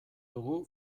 dugu